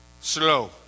Slow